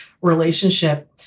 relationship